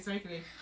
mmhmm